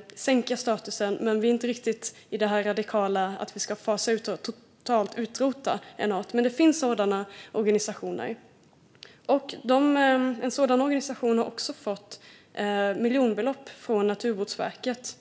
och sänka statusen. Vi är alltså inte riktigt i det radikala att vi ska fasa ut och totalt utrota en art. Sådana organisationer finns dock, och en sådan organisation har också fått miljonbelopp från Naturvårdsverket.